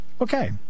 Okay